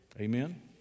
Amen